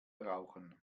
rauchen